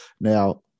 Now